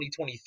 2023